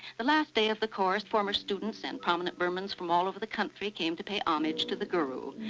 the last day of the course, former students and prominent burmans from all over the country came to pay homage to the guru.